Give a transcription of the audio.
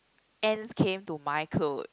ants came to my clothes